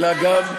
אלא גם,